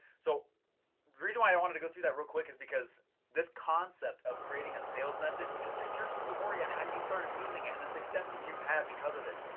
so reason why i wanted to go through that real quick is because this concept of creating a sales message, which is just your story on how you started using it and the successes you've had because of it.